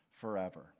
forever